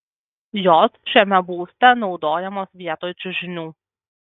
jos šiame būste naudojamos vietoj čiužinių